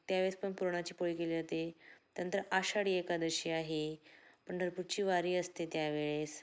त्यावेळेस पण पुरणाची पोळी केली जाते त्यानंतर आषाढी एकादशी आहे पंढरपुरची वारी असते त्यावेळेस